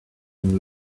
been